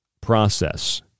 process